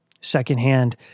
secondhand